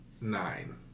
nine